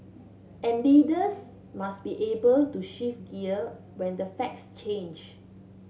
and leaders must be able to shift gear when the facts change